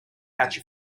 catch